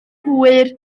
hwyr